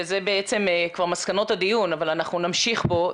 זה בעצם כבר מסקנות הדיון אבל אנחנו נמשיך בו.